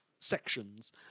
sections